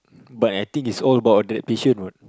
but I think it's all about the patient what